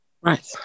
right